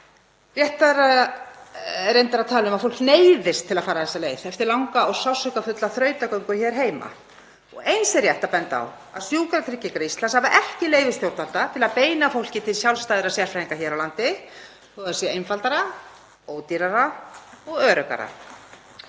Reyndar er réttara að tala um að fólk neyðist til að fara þessa leið eftir langa og sársaukafulla þrautagöngu hér heima. Eins er rétt að benda á að Sjúkratryggingar Íslands hafa ekki leyfi stjórnvalda til að beina fólki til sjálfstæðra sérfræðinga hér á landi þó að það sé einfaldara, ódýrara og öruggara.